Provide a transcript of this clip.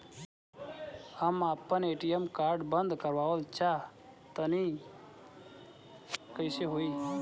हम आपन ATM card बंद करावल चाह तनि कइसे होई?